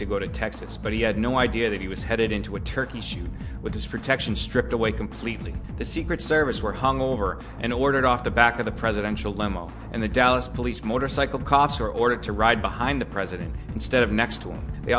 to go to texas but he had no idea that he was headed into a turkey shoot with his protection stripped away completely the secret service were hung over and ordered off the back of the presidential limo and the dallas police motorcycle cops were ordered to ride behind the president instead of next to him they